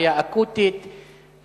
בעיה אקוטית,